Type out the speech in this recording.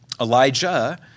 Elijah